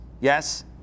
Yes